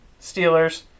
Steelers